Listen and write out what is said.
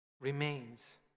remains